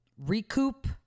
recoup